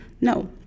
No